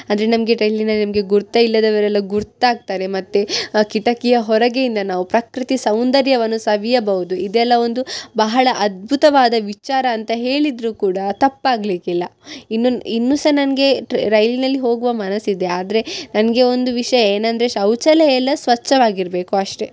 ಅಂದರೆ ನಮಗೆ ಟ್ರೈಲಿನಲ್ಲಿ ನಮಗೆ ಗುರ್ತು ಇಲ್ಲದವರೆಲ್ಲ ಗುರ್ತು ಆಗ್ತಾರೆ ಮತ್ತು ಕಿಟಕಿಯ ಹೊರಗೆಯಿಂದ ನಾವು ಪ್ರಕೃತಿ ಸೌಂದರ್ಯವನ್ನು ಸವಿಯಬೌದು ಇದೆಲ್ಲ ಒಂದು ಬಹಳ ಅದ್ಭುತವಾದ ವಿಚಾರ ಅಂತ ಹೇಳಿದರೂ ಕೂಡ ತಪ್ಪಾಗಲಿಕ್ಕಿಲ್ಲ ಇನ್ನು ಇನ್ನು ಸಹ ನನಗೆ ಟ್ರೈ ರೈಲಿನಲ್ಲಿ ಹೋಗುವ ಮನಸ್ಸಿದೆ ಆದರೆ ನನಗೆ ಒಂದು ವಿಷಯ ಏನೆಂದರೆ ಶೌಚಾಲಯ ಎಲ್ಲ ಸ್ವಚ್ಛವಾಗಿರಬೇಕು ಅಷ್ಟೆ